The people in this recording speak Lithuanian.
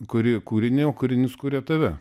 kuri kūrinį o kūrinys kuria tave